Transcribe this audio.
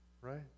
right